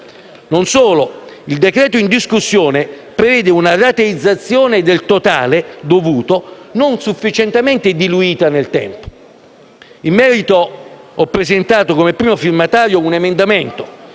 Non solo: il decreto-legge in discussione prevede una rateizzazione del totale dovuto non sufficientemente diluita nel tempo. In merito ho presentato, come primo firmatario, un emendamento